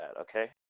Okay